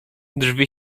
drzwi